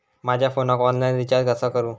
माझ्या फोनाक online recharge कसा करू?